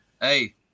Hey